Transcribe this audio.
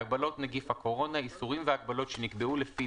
"הגבלות נגיף הקורונה" איסורים והגבלות שנקבעו לפי